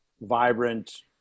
vibrant